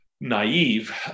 naive